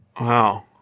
Wow